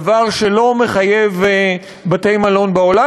דבר שלא מחייב בתי-מלון בעולם,